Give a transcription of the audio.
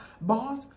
boss